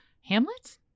Hamlet